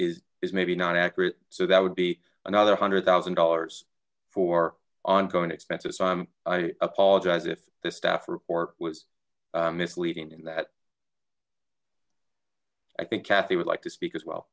is is maybe not accurate so that would be another hundred thousand dollars for ongoing expenses so i'm i apologize if the staff report was misleading in that i think cathy would like to speak as well